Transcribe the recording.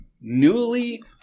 newly